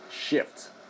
shift